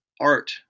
art